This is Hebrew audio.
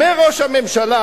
אומר ראש הממשלה,